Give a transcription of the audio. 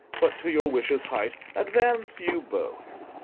but to your wishes' height advance you both.